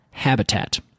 habitat